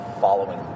following